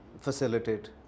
Facilitate